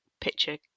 picture